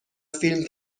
فیلم